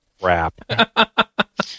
crap